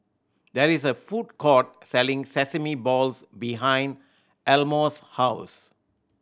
there is a food court selling sesame balls behind Elmore's house